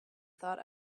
thought